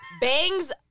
Bangs